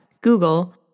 Google